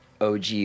OG